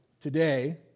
today